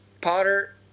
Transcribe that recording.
Potter